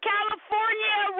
California